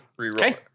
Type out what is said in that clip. Reroll